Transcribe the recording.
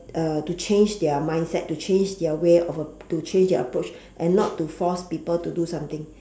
uh to change their mindset to change their way of to change their approach and not to force people to do something